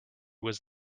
was